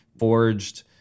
Forged